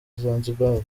zanzibar